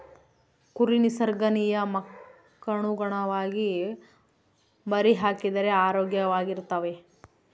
ಕುರಿ ನಿಸರ್ಗ ನಿಯಮಕ್ಕನುಗುಣವಾಗಿ ಮರಿಹಾಕಿದರೆ ಆರೋಗ್ಯವಾಗಿರ್ತವೆ